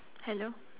hello